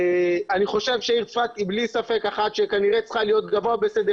אני חושב שהעיר צפת ללא ספק היא כנראה אחת שצריכה להיות בסדר